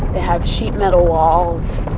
have sheet metal walls,